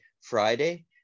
Friday